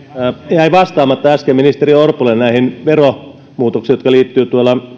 jäi vastaamatta äsken ministeri orpolle liittyen näihin veromuutoksiin jotka liittyvät